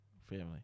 family